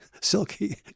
silky